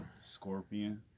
Scorpion